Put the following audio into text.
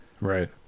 Right